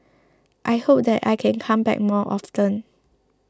I hope that I can come back more often